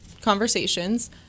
conversations